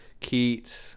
Keat